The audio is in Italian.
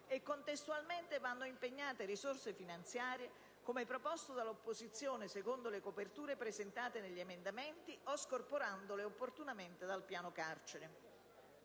e contestualmente vanno impegnate risorse finanziarie, come proposto dall'opposizione, secondo le coperture presentate negli emendamenti, o scorporandole opportunamente dal piano carcere.